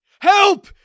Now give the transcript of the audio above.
Help